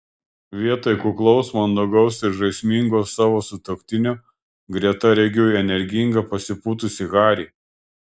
vietoj kuklaus mandagaus ir žaismingo savo sutuoktinio greta regiu energingą pasipūtusį harį